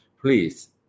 Please